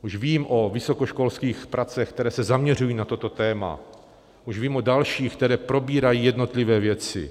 Už vím o vysokoškolských pracích, které se zaměřují na toto téma, už vím o dalších, které probírají jednotlivé věci.